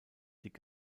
dick